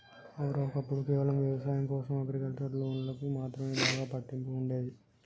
ఔర, ఒక్కప్పుడు కేవలం వ్యవసాయం కోసం అగ్రికల్చర్ లోన్లకు మాత్రమే బాగా పట్టింపు ఉండేది